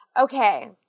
Okay